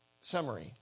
summary